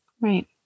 Right